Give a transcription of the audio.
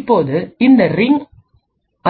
இப்போது இந்த ரிங்